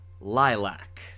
Lilac